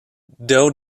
though